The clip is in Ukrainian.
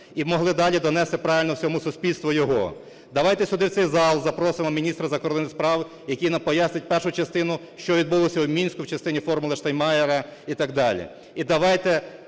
і могли далі донести правильно всьому суспільству його. Давайте сюди, в цей зал, запросимо міністра закордонних справ, який нам пояснить першу частину, що відбулося в Мінську в частині "формули Штайнмайєра" і так далі. І давайте